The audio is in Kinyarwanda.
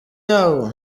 yawo